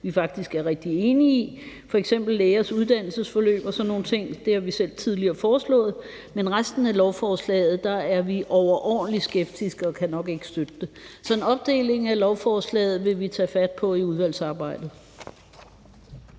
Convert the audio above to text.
vi faktisk er rigtig enige i, f.eks. lægers uddannelsesforløb og sådan nogle ting – det har vi selv tidligere foreslået – men i forhold til resten af lovforslaget er vi overordentlig skeptiske og kan nok ikke støtte det. Så en opdeling af lovforslaget vil vi tage fat på i udvalgsarbejdet.